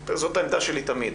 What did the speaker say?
לחברות הוועדה, זאת העמדה שלי תמיד,